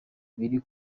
biri